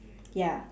ya